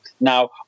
now